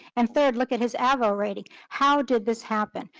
and third, look at his average rating. how did this happen?